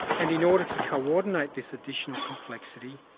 and in order to coordinate this additional complexity,